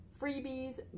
freebies